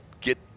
get